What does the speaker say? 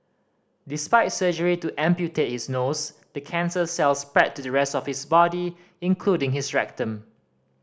despite surgery to amputate is nose the cancer cells spread to the rest of his body including his rectum